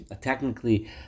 technically